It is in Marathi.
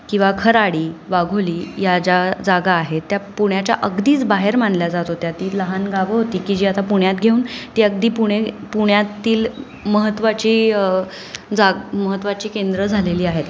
किंवा खराडी वाघोली या ज्या जागा आहेत त्या पुण्याच्या अगदीच बाहेर मानल्या जात होत्या ती लहान गावं होती की जी आता पुण्यात घेऊन ती अगदी पुणे पुण्यातील महत्त्वाची जाग महत्त्वाची केंद्रं झालेली आहेत